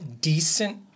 decent